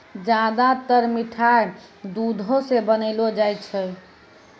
ज्यादातर मिठाय दुधो सॅ बनौलो जाय छै